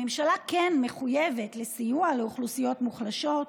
הממשלה כן מחויבת לסיוע לאוכלוסיות מוחלשות,